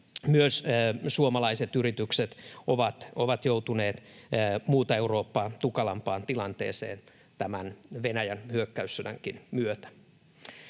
myös suomalaiset yritykset ovat joutuneet muuta Eurooppaa tukalampaan tilanteeseen tämän Venäjän hyökkäyssodankin myötä.